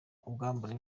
ubwambure